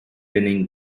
winning